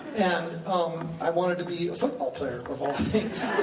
and um i wanted to be a football player, of all things.